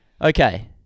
Okay